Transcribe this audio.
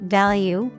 value